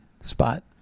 spot